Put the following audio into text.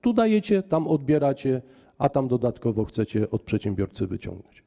Tu dajecie, tam odbieracie, a tam dodatkowo chcecie od przedsiębiorcy wyciągnąć.